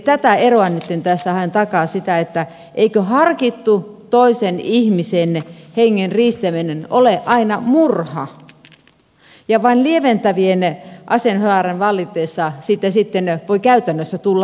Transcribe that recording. tätä eroa nyt tässä haen takaa sitä että eikö harkittu toisen ihmisen hengen riistäminen ole aina murha ja vain lieventävien asianhaarojen vallitessa siitä sitten voi käytännössä tulla tappo